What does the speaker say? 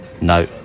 No